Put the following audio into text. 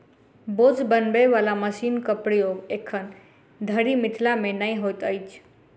बोझ बनबय बला मशीनक प्रयोग एखन धरि मिथिला मे नै होइत अछि